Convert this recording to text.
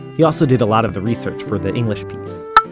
he also did a lot of the research for the english piece.